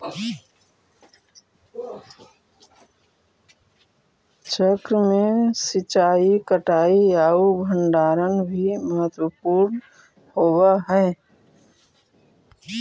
चक्र में सिंचाई, कटाई आउ भण्डारण भी महत्त्वपूर्ण होवऽ हइ